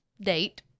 date